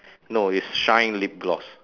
no is shine lip gloss